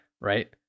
right